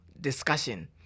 discussion